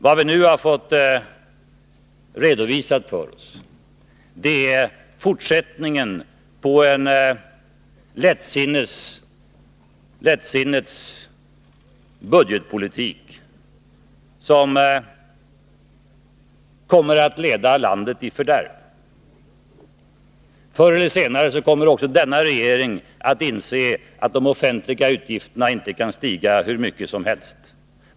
Vad vi nu har fått redovisat för oss är fortsättningen på en lättsinnets budgetpolitik, som kommer att leda landet i fördärv. Förr eller senare kommer även denna regering att inse att de offentliga utgifterna inte kan stiga hur mycket som” helst.